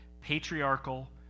patriarchal